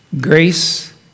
Grace